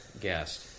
guest